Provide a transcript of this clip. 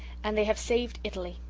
and they have saved italy.